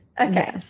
Okay